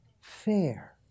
fair